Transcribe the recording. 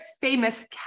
famous